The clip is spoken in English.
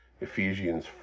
Ephesians